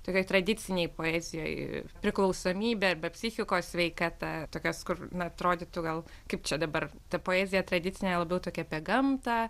tokioj tradicinėj poezijoj priklausomybė arba psichikos sveikata tokios kur na atrodytų gal kaip čia dabar ta poezija tradicinė labiau tokia apie gamtą